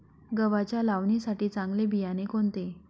गव्हाच्या लावणीसाठी चांगले बियाणे कोणते?